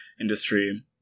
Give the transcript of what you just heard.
industry